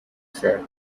said